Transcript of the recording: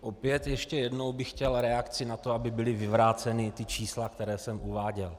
Opět ještě jednou bych chtěl reakci na to, aby byla vyvrácena ta čísla, která jsem uváděl.